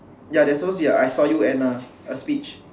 ya there's supposed to be a I saw you Anna a speech